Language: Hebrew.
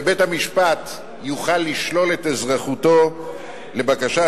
שבית-המשפט יוכל לשלול את אזרחותו לבקשת